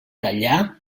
tallar